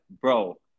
bro